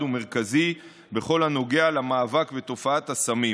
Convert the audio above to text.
ומרכזי בכל הנוגע למאבק בתופעת הסמים,